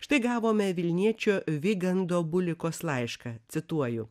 štai gavome vilniečio vygando bulikos laišką cituoju